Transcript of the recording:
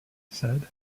said